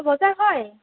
বজাৰ হয়